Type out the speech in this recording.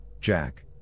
Jack